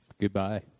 Goodbye